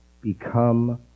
become